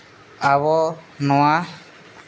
ᱟᱵᱚ ᱱᱚᱣᱟ